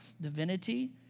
divinity